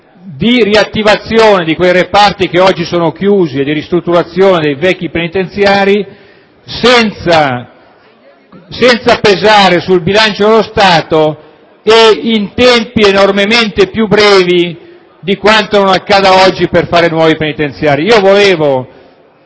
di riattivazione di quei reparti che oggi sono chiusi, e di ristrutturazione dei vecchi penitenziari, senza pesare sul bilancio dello Stato e in tempi enormemente più brevi di quanto non accada oggi per fare nuovi penitenziari.